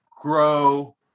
grow